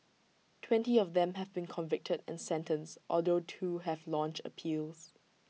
twenty of them have been convicted and sentenced although two have launched appeals